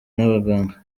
n’abaganga